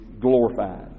glorified